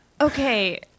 Okay